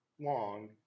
long